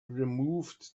removed